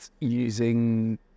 using